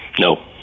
no